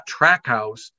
Trackhouse